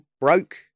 broke